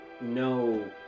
no